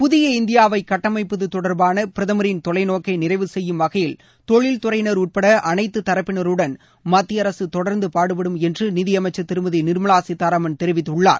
புதிய இந்தியாவை கட்டமைப்பது தொடர்பான பிரதமரின் தொலைநோக்கை நிறைவு செய்யும் வகையில் தொழில்துறையினர் உட்பட அனைத்து தரப்பினருடன் மத்திய அரசு தொடர்ந்து பாடுபடும் என்று நிதி அமைச்சர் திருமதி நிர்மலா சீதாராமன் தெரிவித்துள்ளார்